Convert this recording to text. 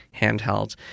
handheld